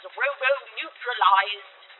robo-neutralized